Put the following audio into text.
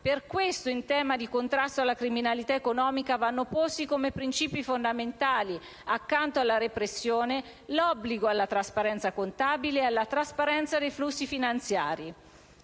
Per questo, in tema di contrasto alla criminalità economica, vanno posti come principi fondamentali, accanto alla repressione, l'obbligo alla trasparenza contabile e a quella dei flussi finanziari.